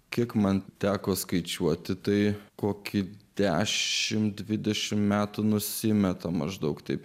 kiek man teko skaičiuoti tai kokie dešimt dvidešimt metų nusimeta maždaug taip